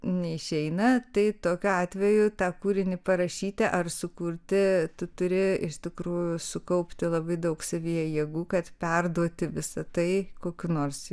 neišeina tai tokiu atveju tą kūrinį parašyti ar sukurti tu turi iš tikrųjų sukaupti labai daug savyje jėgų kad perduoti visą tai kokiu nors